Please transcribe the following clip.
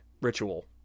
ritual